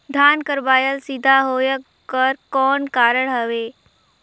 धान कर बायल सीधा होयक कर कौन कारण हवे?